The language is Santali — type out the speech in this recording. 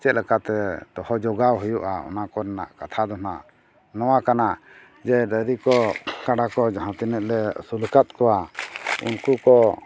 ᱪᱮᱫ ᱞᱮᱠᱟᱛᱮ ᱫᱚᱦᱚ ᱡᱚᱜᱟᱣ ᱦᱩᱭᱩᱜᱼᱟ ᱚᱱᱟ ᱠᱚᱨᱮᱱᱟᱜ ᱠᱟᱛᱷᱟ ᱫᱚ ᱱᱟᱦᱟᱜ ᱱᱚᱣᱟ ᱠᱟᱱᱟ ᱡᱮ ᱰᱟᱝᱨᱤ ᱠᱚ ᱠᱟᱰᱟ ᱠᱚ ᱡᱟᱦᱟᱸ ᱛᱤᱱᱟᱹᱜ ᱞᱮ ᱟᱹᱥᱩᱞ ᱟᱠᱟᱫ ᱠᱚᱣᱟ ᱩᱱᱠᱩ ᱠᱚ